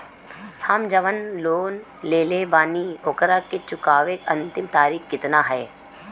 हम जवन लोन लेले बानी ओकरा के चुकावे अंतिम तारीख कितना हैं?